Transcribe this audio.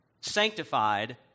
sanctified